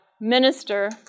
minister